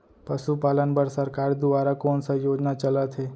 पशुपालन बर सरकार दुवारा कोन स योजना चलत हे?